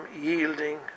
yielding